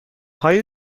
های